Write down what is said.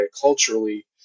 culturally